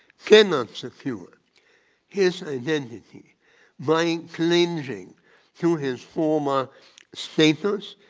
cannot secure his identity by infringing to his former status.